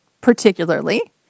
particularly